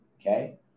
Okay